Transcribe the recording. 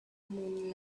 moon